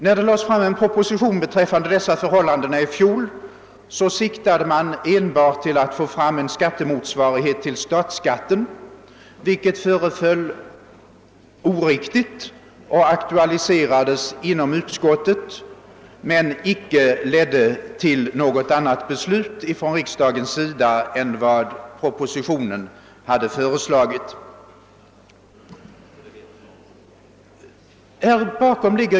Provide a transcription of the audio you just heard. I fjol framlades en proposition i ärendet, men då siktade man enbart till att få fram en motsvarighet till statsskatten. Detta föreföll oriktigt, vilket också framhölls i utskottet, men invändningarna ledde inte till något annat beslut av riksdagen än vad som hade föreslagits i propositionen.